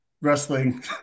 wrestling